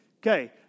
Okay